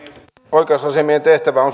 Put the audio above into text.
oikeusasiamiehen tehtävä on